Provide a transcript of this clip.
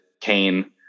Kane